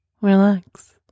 relax